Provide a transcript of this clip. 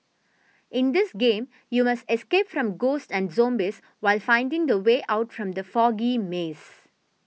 in this game you must escape from ghosts and zombies while finding the way out from the foggy maze